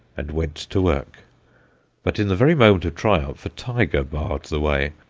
and went to work but in the very moment of triumph a tiger barred the way,